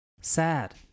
Sad